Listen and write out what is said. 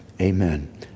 Amen